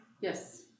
Yes